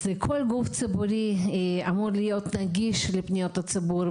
אז כל גוף ציבורי אמור להיות נגיש לפניות הציבור,